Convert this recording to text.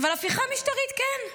אבל הפיכה משטרית כן.